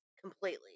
completely